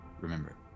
remember